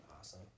awesome